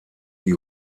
die